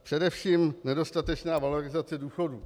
Především nedostatečná valorizace důchodů.